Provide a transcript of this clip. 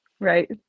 right